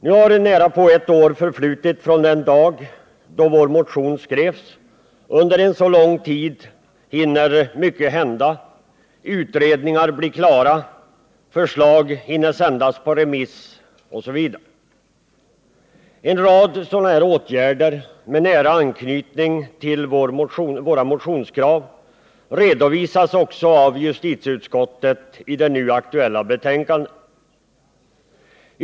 Nu har närapå ett år förflutit från den dag då vår motion skrevs, och under 83 en så lång tid hinner mycket hända: utredningar blir klara, förslag sänds på remiss osv. En rad sådana åtgärder med nära anknytning till våra motionskrav redovisas också av justitieutskottet i det nu aktuella betänkandet.